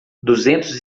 duzentos